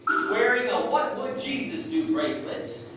wearing a what would jesus do? bracelet,